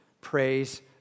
Praise